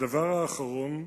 הדבר האחרון,